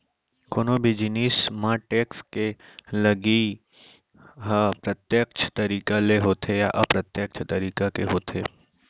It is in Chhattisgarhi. कोनो भी जिनिस म टेक्स के लगई ह प्रत्यक्छ तरीका ले होथे या अप्रत्यक्छ तरीका के होथे